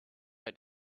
had